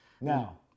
Now